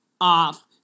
off